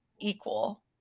equal